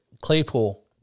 Claypool